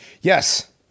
Yes